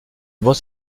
bande